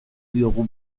diogu